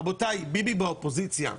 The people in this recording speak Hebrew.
ביבי באופוזיציה.